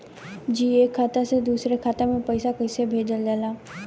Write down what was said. जी एक खाता से दूसर खाता में पैसा कइसे भेजल जाला?